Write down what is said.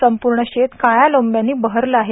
संपूर्ण शेत काळ्या लोब्यांनी बहरले आहे